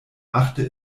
machte